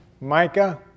Micah